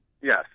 Yes